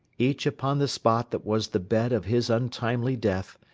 each upon the spot that was the bed of his untimely death,